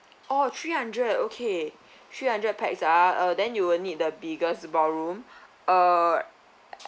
orh three hundred okay three hundred pax ah uh then you will need the biggest ballroom uh